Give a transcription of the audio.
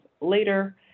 later